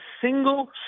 single